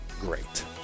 great